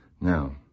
Now